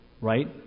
Right